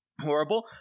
Horrible